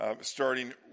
starting